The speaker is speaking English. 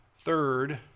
Third